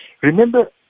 Remember